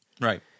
right